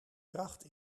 kracht